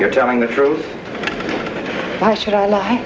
you're telling the truth why should i lie